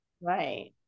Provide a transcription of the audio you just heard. Right